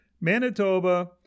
Manitoba